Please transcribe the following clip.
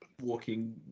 walking